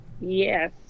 yes